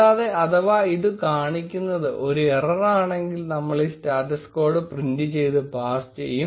കൂടാതെ അഥവാ ഇത് കാണിക്കുന്നത് ഒരു എറർ ആണെങ്കിൽ നമ്മൾ ഈ സ്റ്റാറ്റസ് കോഡ് പ്രിന്റ് ചെയ്ത് പാസ് ചെയ്യും